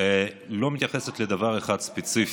היא לא מתייחסת לדבר אחד ספציפי: